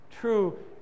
True